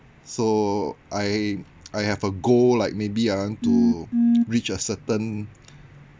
so I I have a goal like maybe ah to reach a certain